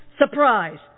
Surprise